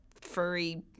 furry